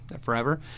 forever